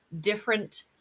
different